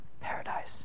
Paradise